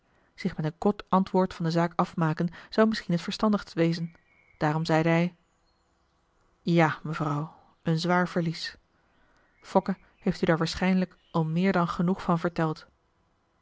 zich met een kort antwoord van de zaak afmaken zou misschien het verstandigst wezen daarom zeide hij ja mevrouw een zwaar verlies fokke heeft u daar waarschijnlijk al meer dan genoeg van verteld